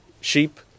sheep